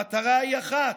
המטרה היא אחת,